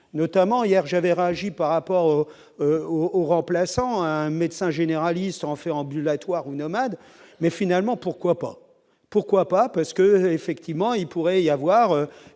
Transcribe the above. notamment hier j'avais réagi par rapport au au au remplaçant un médecin généraliste en fait en ambulatoire ou nomade, mais finalement, pourquoi pas, pourquoi pas, parce que effectivement il pourrait y avoir